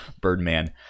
Birdman